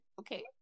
Okay